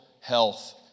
health